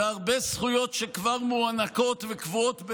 והרבה זכויות שכבר מוענקות וקבועות,